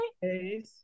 hey